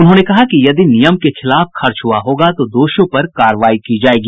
उन्होंने कहा कि यदि नियम के खिलाफ खर्च हुआ होगा तो दोषियों पर कार्रवाई की जायेगी